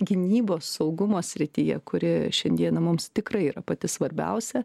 gynybos saugumo srityje kuri šiandieną mums tikrai yra pati svarbiausia